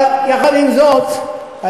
אבל יחד עם זאת,